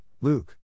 Luke